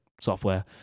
software